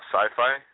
sci-fi